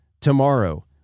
tomorrow